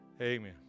Amen